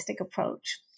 approach